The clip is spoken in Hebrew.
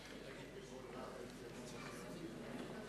יש לי תענוג גדול עכשיו להכריז את ההכרזה